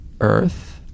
Earth